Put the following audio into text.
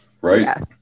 right